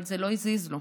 אבל זה לא הזיז לו.